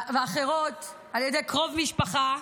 והאחרות, על ידי קרוב משפחה.